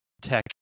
tech